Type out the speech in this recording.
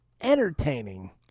entertaining